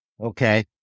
Okay